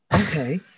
okay